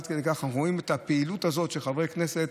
עד כדי כך אנחנו רואים את הפעילות הזאת של חברי הכנסת